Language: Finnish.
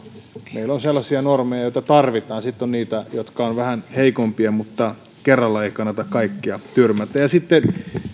meillä on sellaisia normeja joita tarvitaan ja sitten on niitä jotka ovat vähän heikompia mutta kerralla ei kannata kaikkea tyrmätä sitten